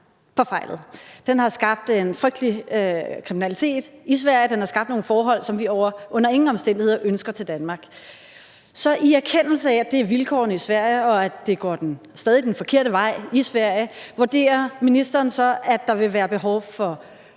Den har skabt en frygtelig kriminalitet i Sverige. Den har skabt nogle forhold, som vi under ingen omstændigheder ønsker til Danmark. Så i erkendelse af, at det er vilkårene i Sverige, og at det stadig går den forkerte vej i Sverige, vurderer ministeren så, at der vil være behov for